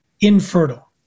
infertile